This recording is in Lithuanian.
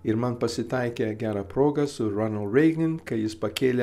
ir man pasitaikė gera proga su ranal reignin kai jis pakėlė